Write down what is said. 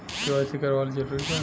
KYC करवावल जरूरी बा?